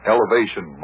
Elevation